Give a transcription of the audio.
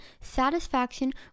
satisfaction